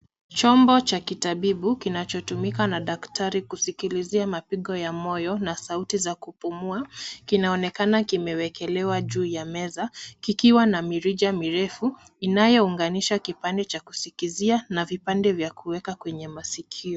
Chombo cha kitabibu, kinachotumika na daktari kusikilizia mapigo ya moyo na sauti za kupumua. Kinaonekana kimewekelewa juu ya meza, kikiwa na mirija mirefu, inayounganisha kipande cha kusikizia na vipande vya kueka kwenye masikio.